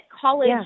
college